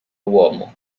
uomo